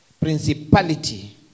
principality